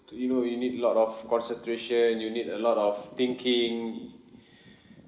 you know you need a lot of concentration you need a lot of thinking